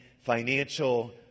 financial